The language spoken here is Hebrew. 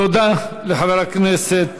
תודה לחבר הכנסת